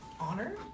honor